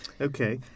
Okay